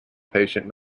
patient